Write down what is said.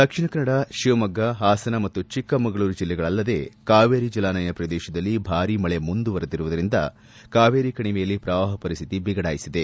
ದಕ್ಷಿಣ ಕನ್ನಡ ಶಿವಮೊಗ್ಗ ಪಾಸನ ಮತ್ತು ಚಿಕ್ಕಮಗಳೂರು ಜಿಲ್ಲೆಗಳಲ್ಲದೆ ಕಾವೇರಿ ಜಲಾನಯನ ಪ್ರದೇಶದಲ್ಲಿ ಭಾರಿ ಮಳೆ ಮುಂದುವರೆದಿರುವುದರಿಂದ ಕಾವೇರಿ ಕಣಿವೆಯಲ್ಲಿ ಪ್ರವಾಹ ಪರಿಸ್ದಿತಿ ಬಿಗಡಾಯಿಸಿದೆ